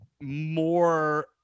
more